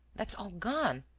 that's all gone.